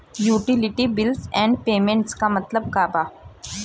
Utility bills and payments क मतलब का बा?